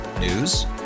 News